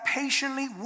patiently